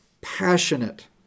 passionate